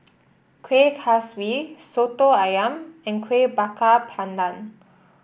Kueh Kaswi Soto ayam and Kueh Bakar Pandan